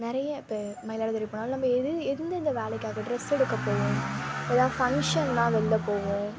நெறைய இப்ப மயிலாடுதுறை போனாலும் நம்ப எது எந்தெந்த வேலைக்காக ட்ரெஸ் எடுக்கப்போவோம் ஏதாவது ஃபங்க்ஷன்னால் வெளில போவோம்